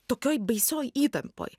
tokioj baisioj įtampoj